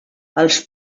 els